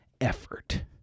effort